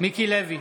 מיקי לוי,